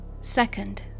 Second